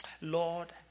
Lord